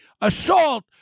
assault